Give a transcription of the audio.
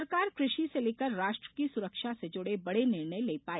सरकार कृषि से लेकर राष्ट्र की सुरक्षा से जुड़े बड़े निर्णय ले पाई